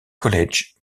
college